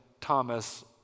Thomas